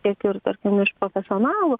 tiek ir tarkim iš profesionalų